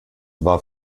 war